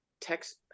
text